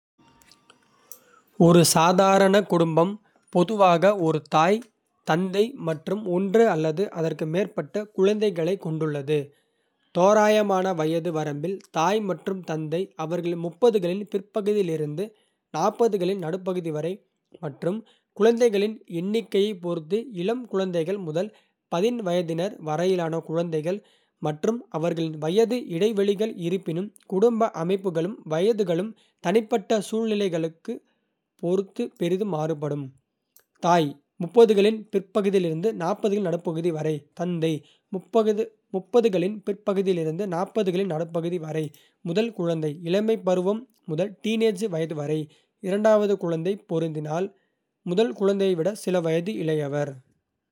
ஒரு சாதாரண குடும்பம் பொதுவாக ஒரு தாய். தந்தை மற்றும் ஒன்று அல்லது அதற்கு மேற்பட்ட. குழந்தைகளைக் கொண்டுள்ளது தோராயமான. வயது வரம்பில் தாய் மற்றும் தந்தை அவர்களின். களின் பிற்பகுதியிலிருந்து களின் நடுப்பகுதி வரை. மற்றும் குழந்தைகளின் எண்ணிக்கையைப் பொறுத்து. இளம் குழந்தைகள் முதல் பதின்வயதினர் வரையிலான. குழந்தைகள் மற்றும் அவர்களின் வயது இடைவெளிகள். இருப்பினும் குடும்ப அமைப்புகளும் வயதுகளும் தனிப்பட்ட. சூழ்நிலைகளைப் பொறுத்து பெரிதும் மாறுபடும். தாய் களின் பிற்பகுதியிலிருந்து களின் நடுப்பகுதி வரை. தந்தை களின் பிற்பகுதியிலிருந்து களின் நடுப்பகுதி வரை. முதல் குழந்தை இளமைப் பருவம் முதல் டீன் ஏஜ் வயது வரை. இரண்டாவது குழந்தை பொருந்தினால் முதல் குழந்தைய. விட சில வயது இளையவர்.